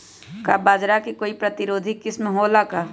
का बाजरा के कोई प्रतिरोधी किस्म हो ला का?